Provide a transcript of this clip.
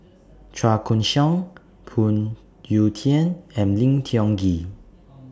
Chua Koon Siong Phoon Yew Tien and Lim Tiong Ghee